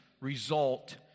result